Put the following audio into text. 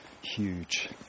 huge